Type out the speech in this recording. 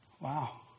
Wow